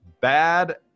bad